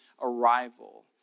arrival